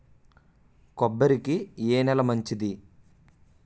కొబ్బరి కి ఏ నేల మంచిది?